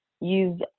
use